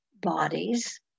bodies